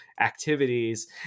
activities